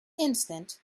instant